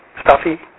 Stuffy